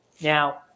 Now